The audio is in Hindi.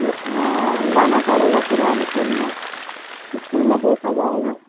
हाँ लाना पड़ेगा फिर इस्कूल में इस्कूल में देखा जाएगा